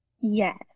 Yes